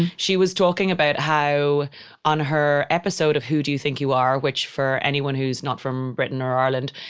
she was talking about how on her episode of who do you think you are, which for anyone who's not from britain or ireland.